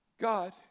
God